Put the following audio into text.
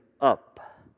up